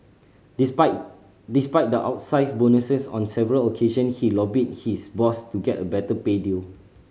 despite despite the outsize bonuses on several occasion he lobbied his boss to get a better pay deal